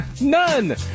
None